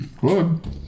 Good